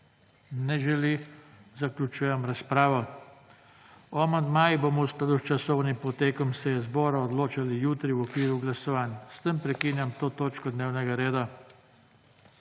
Ne želi. Zaključujem razpravo. O amandmajih bomo v skladu s časovnim potekom seje zbora odločali jutri v okviru glasovanj. S tem prekinjam to točko dnevnega reda.